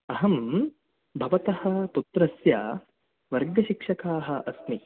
अहं भवतः पुत्रस्य वर्गशिक्षकाः अस्मि